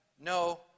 no